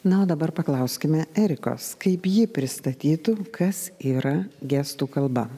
na o dabar paklauskime erikos kaip ji pristatytų kas yra gestų kalba